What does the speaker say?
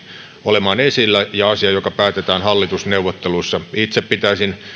olemaan esillä ja asia joka päätetään hallitusneuvotteluissa itse pitäisin